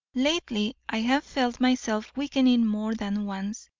lately i have felt myself weakening more than once,